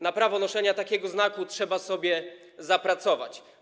Na prawo noszenia takiego znaku trzeba sobie zapracować.